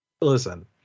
listen